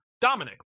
Dominic